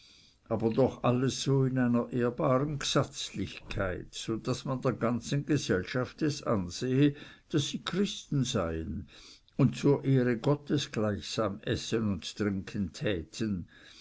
aber doch alles so in einer ehrbaren gsatzlichkeit so daß man der ganzen gesellschaft es ansehe daß sie christen seien und zur ehre gottes gleichsam essen und trinken täten